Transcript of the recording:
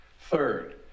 Third